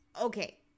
Okay